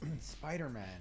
Spider-Man